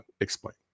explain